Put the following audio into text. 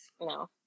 No